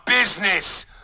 business